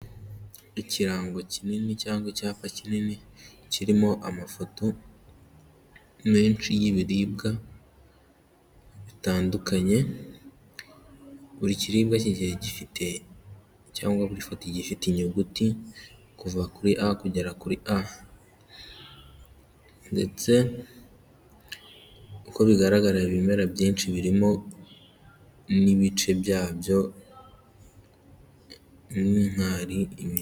Ikirango kinini cyangwa icyapa kinini kirimo amafoto menshi y'ibiribwa bitandukanye, buri kiribwa kigiye gifite cyangwa buri foti igiye ifite inyuguti kuva kuri a kugera kuri a ndetse uko bigaragara ibimera byinshi birimo n'ibice byabyo n'inkari.